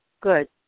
Good